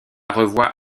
revoit